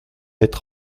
être